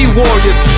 warriors